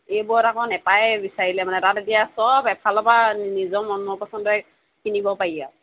এইবোৰত আকৌ নাপায়ে বিচাৰিলে মানে তাত এতিয়া সব এফালৰ পৰা নিজৰ মনৰ পচন্দৰ কিনিব পাৰি আৰু